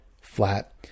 flat